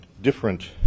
Different